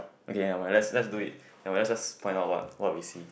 okay never mind let's let's do it never mind just point out what what we see